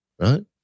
right